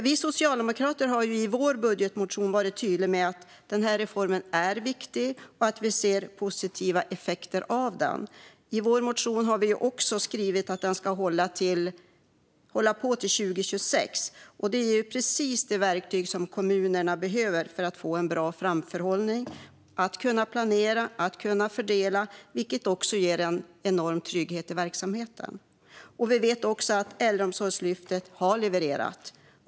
Vi socialdemokrater har i vår budgetmotion varit tydliga med att denna reform är viktig och att vi ser positiva effekter av den. I vår motion har vi också skrivit att den ska hålla på till 2026. Det ger precis det verktyg som kommunerna behöver för att få en bra framförhållning och att kunna planera och fördela, vilket ger en enorm trygghet i verksamheten. Vi vet också att Äldreomsorgslyftet har levererat.